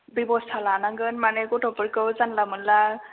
बेबस्था लानांगोन मानि गथ'फोरखौ जानला मोनला